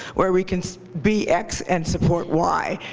where we can be x and support y,